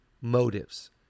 motives